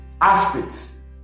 aspects